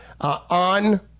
on